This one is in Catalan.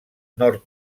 nord